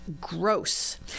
gross